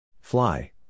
Fly